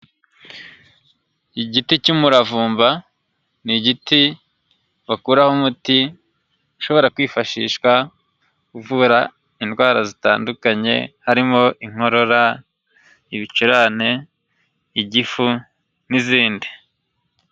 Igiti cy'umuravumba ni igiti bakuraho umuti ushobora kwifashishwa kuvura indwara zitandukanye harimo inkorora, ibicurane igifu n'izindi.